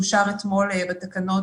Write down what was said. אושרה אתמול בתקנות,